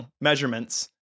measurements